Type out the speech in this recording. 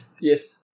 Yes